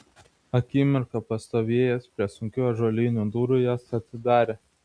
akimirką pastovėjęs prie sunkių ąžuolinių durų jas atidarė